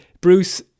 Bruce